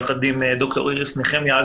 יחד עם ד"ר איריס נחמיה.